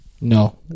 No